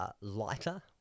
lighter